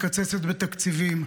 מקצצת בתקציבים.